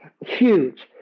huge